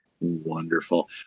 Wonderful